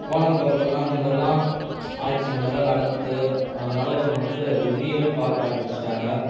போனதுக்கப்பறந்தான் இந்தமாரிலாம் ஆச்சி இந்தமாரிலாம் நடந்து அதனால் இவனை வந்து எதிரியாவே பார்க்க ஆரம்பிச்சிட்டாங்க